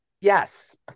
Yes